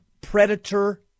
predator